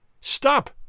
Stop